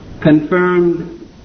confirmed